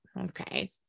okay